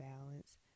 balance